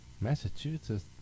Massachusetts